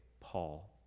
Paul